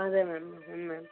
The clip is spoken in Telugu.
అదే మ్యామ్ అవును మ్యామ్